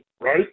right